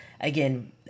again